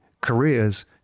careers